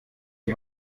die